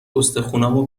استخونامو